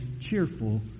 cheerful